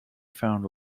found